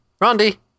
Randy